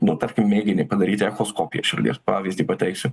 nu tarkim mėginį padaryti echoskopiją širdies pavyzdį pateiksiu